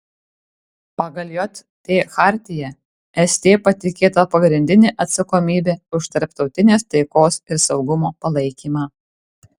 pagal jt chartiją st patikėta pagrindinė atsakomybė už tarptautinės taikos ir saugumo palaikymą